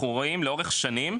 אנחנו רואים לאורך שנים,